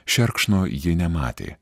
šerkšno ji nematė